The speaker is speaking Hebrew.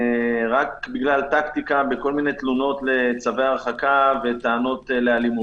רק בגלל טקטיקה בכל מיני תלונות לצווי הרחקה וטענות לאלימות.